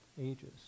ages